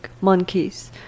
monkeys